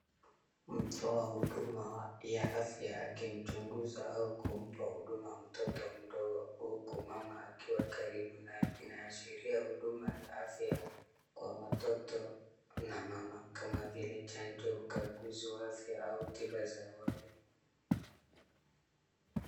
Mtoa huduma ya afya akimchunguza au kumpa huduma mtoto mdogo huku mama akiwa karibu na inaashiria huduma ya afya kwa watoto na mama kama vile chanjo, ukaguzi wa afya au tiba za awali.